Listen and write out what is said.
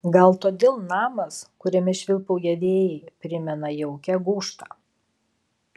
gal todėl namas kuriame švilpauja vėjai primena jaukią gūžtą